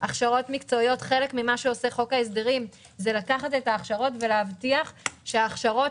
הכשרות מקצועיות חלק ממה שעושה חוק ההסדרים זה להבטיח שההכשרות